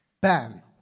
bam